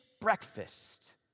breakfast